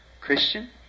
Christian